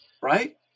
right